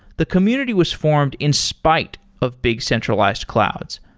the community was formed in spite of big centralized clouds,